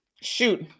Shoot